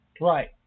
Right